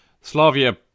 Slavia